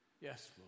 Yes